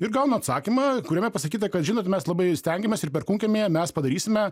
ir gaunu atsakymą kuriame pasakyta kad žinot mes labai stengiamės ir perkūnkiemyje mes padarysime